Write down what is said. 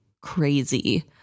crazy